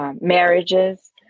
Marriages